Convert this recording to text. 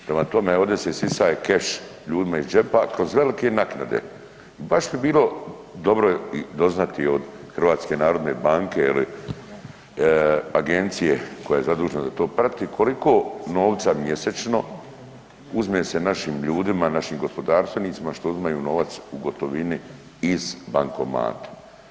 Prema tome, ovdje se isisaje keš ljudima iz džepa kroz velike naknade i baš bi bilo dobro i doznati od HNB-a ili agencije koja je zadužena da to prati koliko novca mjesečno uzme se našim ljudima, našim gospodarstvenicima što uzimaju novac u gotovini iz bankomata.